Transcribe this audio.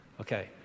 okay